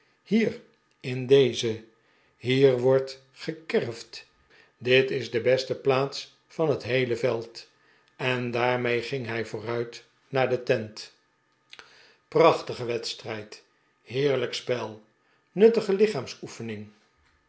hier in deze hier wordt gekerfd dit is de beste plaats van het heele veld en daarmee ging hij vooruit naar de tent prachtige wedstrijd heerlijk spel nuttige